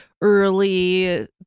early